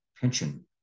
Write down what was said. pension